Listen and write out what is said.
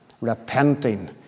repenting